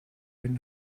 been